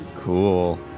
Cool